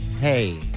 hey